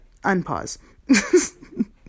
Unpause